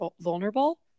vulnerable